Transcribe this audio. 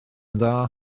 dda